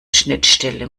schnittstelle